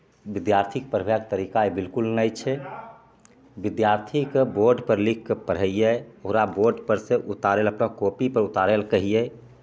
विद्यार्थीके पढ़बैके तरीका ई बिल्कुल नहि छै विद्यार्थीके बोर्डपर लिखिके पढ़ैए ओकरा बोर्डपरसे उतारै ले अपना कॉपीपर उतारै ले कहिए